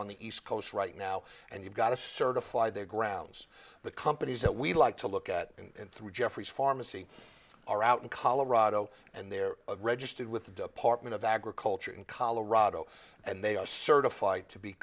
on the east coast right now and you've got to certify their grounds the companies that we like to look at and through jeffries pharmacy are out in colorado and they're registered with the department of agriculture in colorado and they are certified to be